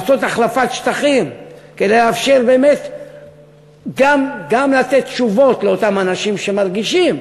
לעשות החלפת שטחים כדי לאפשר לתת תשובות לאותם אנשים שמרגישים